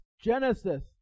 Genesis